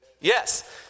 Yes